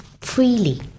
freely